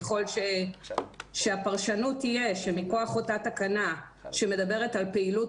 ככל שהפרשנות תהיה שמכוח אותה תקנה שמדברת על פעילות